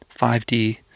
5D